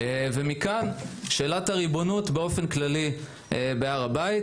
מכאן שאלת הריבונות באופן כללי בהר הבית.